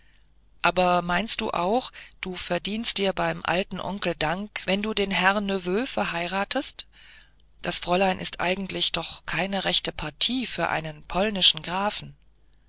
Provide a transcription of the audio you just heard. aber meinst du auch du verdienst dir beim alten onkel dank wenn du den herrn neveu verheiratest das fräulein ist eigentlich doch keine rechte partie für einen polnischen grafen wird